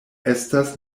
estas